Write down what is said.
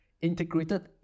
Integrated